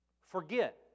Forget